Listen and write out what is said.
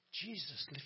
Jesus